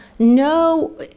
No